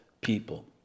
people